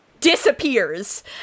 disappears